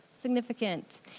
significant